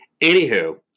Anywho